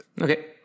Okay